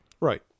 Right